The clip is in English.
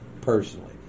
personally